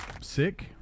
Sick